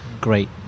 great